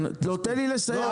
לא, תן לי לסיים.